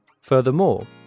Furthermore